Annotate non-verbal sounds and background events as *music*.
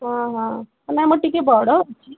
ଓହୋ ନା ମୋ ଟିକେ ବଡ଼ *unintelligible*